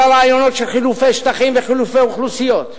הרעיון של חילופי שטחים וחילופי אוכלוסיות.